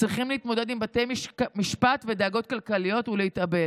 צריכים להתמודד עם בתי משפט ודאגות כלכליות ולהתאבל.